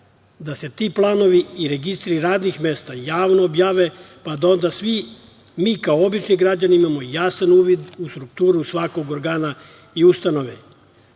da se ti planovi i registri radnih mesta javno objave, pa da onda svi mi kao obični građani imamo jasan uvid u strukturu svakog organa i ustanove